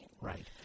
Right